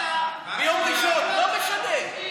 ביום ראשון, לא משנה.